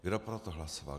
Kdo pro to hlasoval?